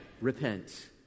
repent